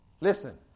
listen